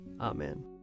Amen